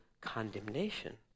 condemnation